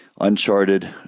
uncharted